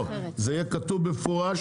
זה יהיה כתוב במפורש.